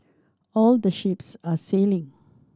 all the ships are sailing